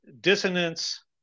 dissonance